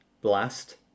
Blast